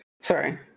Sorry